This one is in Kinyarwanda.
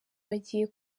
bagiye